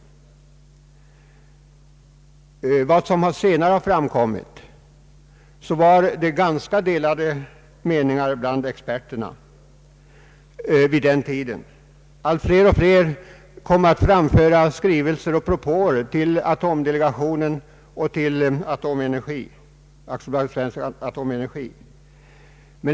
Enligt vad som senare framkommit förelåg tämligen olika uppfattningar bland experterna vid den tiden. Allt fler avlämnade skrivelser och framförde propåer till atomdelegationen och Aktiebolaget Atomenergi.